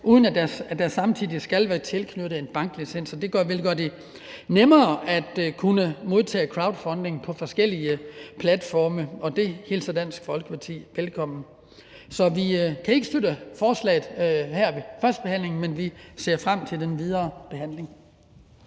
uden at der samtidig skal være tilknyttet en banklicens, vil det gøre det nemmere at kunne modtage crowdfunding på forskellige platforme, og det hilser Dansk Folkeparti velkommen. Vi kan ikke støtte forslaget her ved førstebehandlingen, men vi ser frem til den videre behandling.